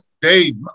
Dave